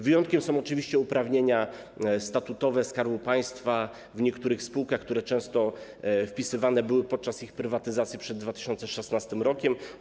Wyjątkiem są oczywiście uprawnienia statutowe Skarbu Państwa w niektórych spółkach, które często wpisywane były podczas ich prywatyzacji, przed 2016 r.